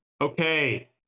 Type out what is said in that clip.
Okay